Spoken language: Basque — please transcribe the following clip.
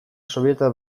sobietar